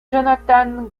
jonathan